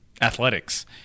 athletics